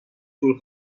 طول